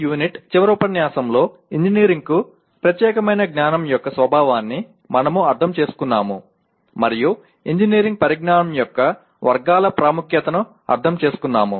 unit 13 చివరి ఉపన్యాసంలో ఇంజనీరింగ్కు ప్రత్యేకమైన జ్ఞానం యొక్క స్వభావాన్ని మనము అర్థం చేసుకున్నాము మరియు ఇంజనీరింగ్ పరిజ్ఞానం యొక్క వర్గాల ప్రాముఖ్యతను అర్థం చేసుకున్నాము